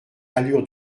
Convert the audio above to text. allure